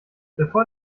bevor